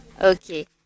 Okay